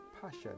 passion